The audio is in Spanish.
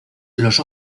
los